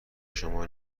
شما